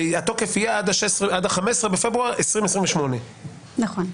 והתוקף יהיה עד 15 בפברואר 2028. נכון.